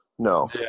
No